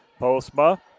Postma